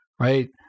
Right